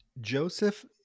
Joseph